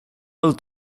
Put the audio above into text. all